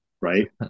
Right